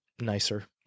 nicer